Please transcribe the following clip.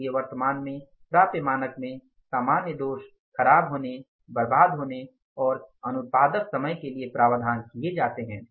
इसलिए वर्तमान में प्राप्य मानक में सामान्य दोष खराब होने बर्बाद होने और अनुत्पादक समय के लिए प्रावधान किए जाते हैं